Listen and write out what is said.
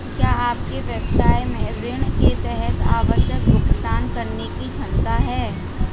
क्या आपके व्यवसाय में ऋण के तहत आवश्यक भुगतान करने की क्षमता है?